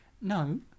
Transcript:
No